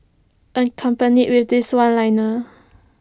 accompanied with this one liner